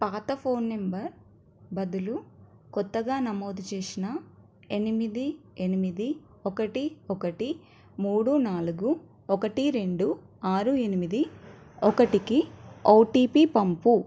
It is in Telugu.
పాత ఫోన్ నంబర్ బదులు క్రొత్తగా నమోదు చేసిన ఎనిమిది ఎనిమిది ఒకటి ఒకటి మూడు నాలుగు ఒకటి రెండు ఆరు ఎనిమిది ఒకటికి ఓటీపీ పంపుము